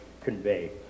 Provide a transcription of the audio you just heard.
convey